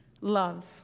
love